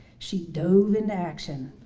she dove in action,